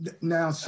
now